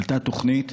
עלתה תוכנית,